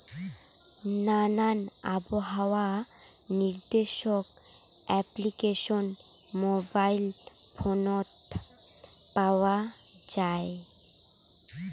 নানান আবহাওয়া নির্দেশক অ্যাপ্লিকেশন মোবাইল ফোনত পাওয়া যায়